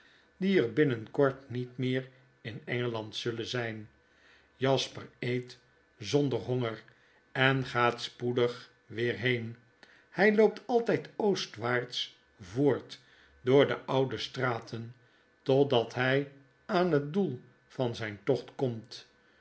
die er binnenkort niet meer in engeland zullen zjjn jasper eet zonder honger en gaat spoedig weer heen hjj loopt altijd oostwaarts voort door de oude straten totdat hjj aan het doel van zjn tocht komt